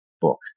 book